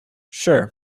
sure